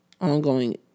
ongoing